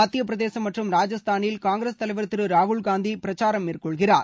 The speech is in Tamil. மத்தியப் பிரதேசம் மற்றும் ராஜஸ்தானில் காங்கிரஸ் தலைவர் திரு ராகுல் காந்தி பிரச்சாரம் மேற்கொள்கிறார்